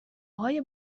های